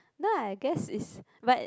no I guess is but